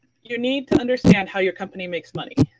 you need to understand how your company makes money.